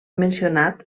mencionat